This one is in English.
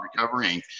recovering